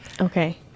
Okay